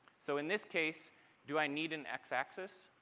so in this case do i need an x x-axis?